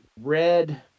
red